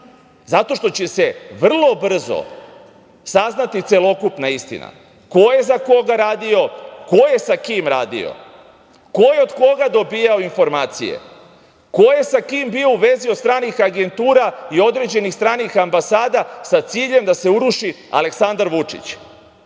Zato što će se vrlo brzo saznati celokupna istina - ko je za koga radio, ko je sa kim radio, ko je od koga dobijao informacije, ko je sa kim bio u vezi od stranih agentura i određenih stranih ambasada sa ciljem da se uruši Aleksandar